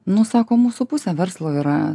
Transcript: nu sako mūsų pusė verslo yra